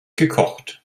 gekocht